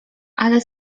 ale